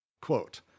Quote